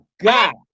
god